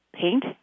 paint